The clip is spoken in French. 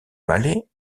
mallet